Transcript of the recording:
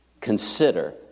Consider